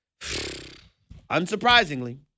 unsurprisingly